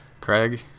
Craig